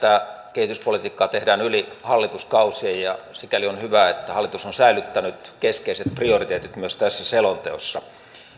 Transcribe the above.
kehityspolitiikkaa tehdään yli hallituskausien ja ja sikäli on hyvä että hallitus on säilyttänyt keskeiset prioriteetit myös tässä selonteossa